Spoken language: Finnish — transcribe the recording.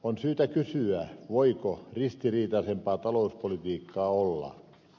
on syytä kysyä voiko ristiriitaisempaa talouspolitiikkaa olla